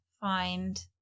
find